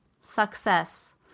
success